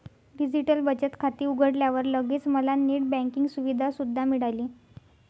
digital बचत खाते उघडल्यावर लगेच मला नेट बँकिंग सुविधा सुद्धा मिळाली